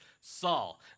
Saul